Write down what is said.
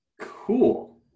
cool